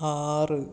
ആറ്